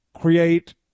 create